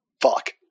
fuck